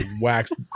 waxed